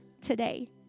today